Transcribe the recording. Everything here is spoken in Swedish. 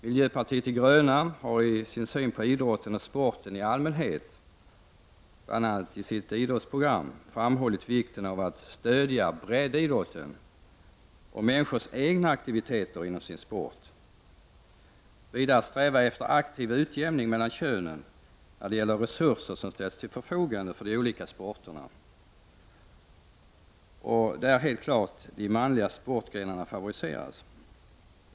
Miljöpartiet de gröna har i sin syn på idrotten och sporten i allmänhet, bl.a. i sitt idrottsprogram, framhållit vikten av att stödja breddidrotten och människors egna aktiviteter inom sin sport. Vidare vill vi sträva efter aktiv utjämning mellan könen när det gäller resurser som ställs till förfogande för de olika sporterna. Det är helt klart att de manliga sportgrenarna favoriseras.